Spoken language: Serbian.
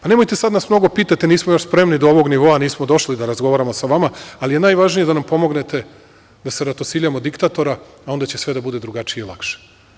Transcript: Nemojte sad, mnogo nas pitate, nismo spremni do ovog nivoa nismo došli da razgovaramo sa vama, ali je najvažnije da nam pomognete da se ratosiljamo diktatora, a onda će sve da bude drugačije i lakše.